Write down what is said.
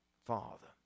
Father